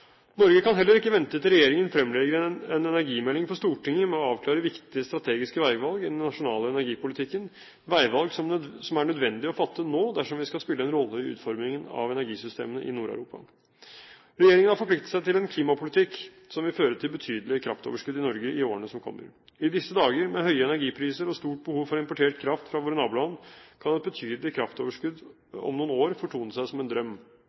Norge kan heller ikke vente til regjeringen fremlegger en energimelding for Stortinget med å avklare viktige strategiske veivalg i den nasjonale energipolitikken – veivalg som er nødvendige å fatte nå dersom vi skal spille en rolle i utformingen av energisystemene i Nord-Europa. Regjeringen har forpliktet seg til en klimapolitikk som vil føre til betydelig kraftoverskudd i Norge i årene som kommer. I disse dager, med høye energipriser og stort behov for importert kraft fra våre naboland, kan et betydelig kraftoverskudd om noen år fortone seg som en drøm.